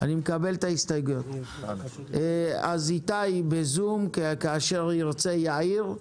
אז איתי בזום וכאשר ירצה יעיר.